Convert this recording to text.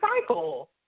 cycle